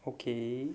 okay